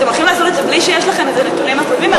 אתם הולכים לעשות את זה בלי שיש לכם הנתונים הקודמים?